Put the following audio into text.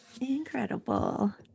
Incredible